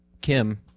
Kim